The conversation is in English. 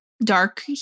Dark